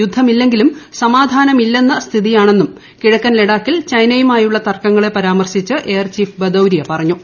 യുദ്ധമില്ലെങ്കിലും സമാധാനമില്ലെന്ന സ്ഥിതിയാണെന്നും കിഴക്കൻ ലക്ട്രാക്കിൽ ചൈനയുമായുള്ള തർക്കങ്ങളെ പരാമർശിച്ച് എയർ പ്രീഫ് ബദൌരിയ പറഞ്ഞു